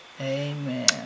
Amen